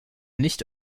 nicht